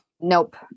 Nope